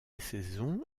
saison